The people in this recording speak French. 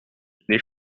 les